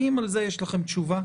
האם על זה יש לכם תשובה?